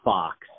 Fox